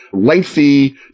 lengthy